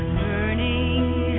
burning